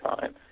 time